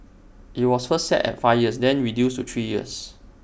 IT was first set at five years then reduced to three years